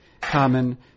common